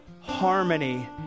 harmony